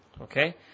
Okay